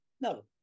No